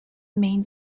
main